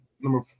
Number